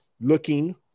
looking